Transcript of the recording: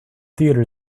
theater